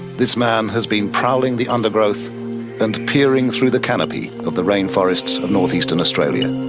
this man has been prowling the undergrowth and peering through the canopy of the rainforests of north-eastern australia.